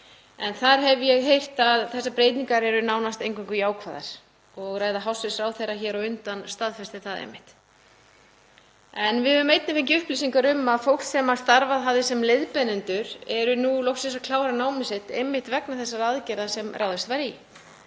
Þar hef ég heyrt að þessar breytingar séu nánast eingöngu jákvæðar. Ræða hæstv. ráðherra hér á undan staðfestir það einmitt. Við höfum einnig fengið upplýsingar um að fólk sem starfað hafði sem leiðbeinendur sé nú loksins að klára námið sitt, einmitt vegna þeirra aðgerða sem ráðist var í.